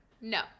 No